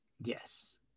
Yes